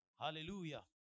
Hallelujah